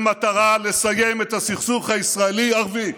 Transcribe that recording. במטרה לסיים את הסכסוך הישראלי ערבי.